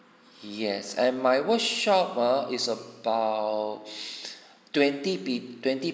yes and my workshop err is about twenty P twenty